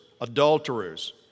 adulterers